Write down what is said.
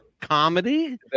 comedy